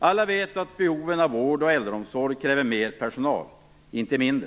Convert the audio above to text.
Alla vet att behoven av vård och äldreomsorg kräver mer personal, inte mindre.